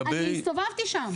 אני הסתובבתי שם.